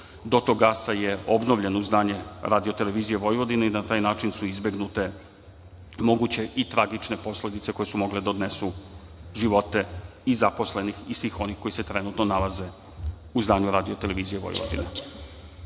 dotok gasa je obnovljen u zdanje Radio-televizije Vojvodine i na taj način su izbegnute moguće i tragične posledice koje su mogle da odnesu živote i zaposlenih i svih onih koji se trenutno nalaze u zdanju Radio-televizije Vojvodine. Medijska